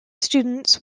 students